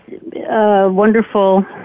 wonderful